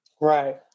Right